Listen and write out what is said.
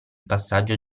passaggio